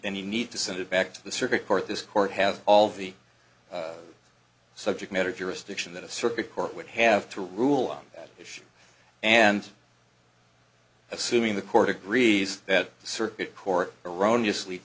any need to send it back to the circuit court this court has all the subject matter jurisdiction that a circuit court would have to rule on that issue and assuming the court agrees that the circuit court erroneous lead